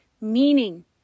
Meaning